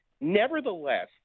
Nevertheless